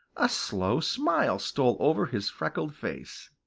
a slow smile stole over his freckled face.